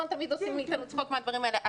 שתמיד עושים מאיתנו צחוק מהדברים האלה?